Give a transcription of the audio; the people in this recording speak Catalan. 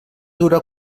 dura